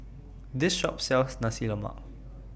This Shop sells Nasi Lemak